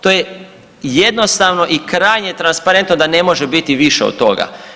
To je jednostavno i krajnje transparentno da ne može biti više od toga.